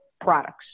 products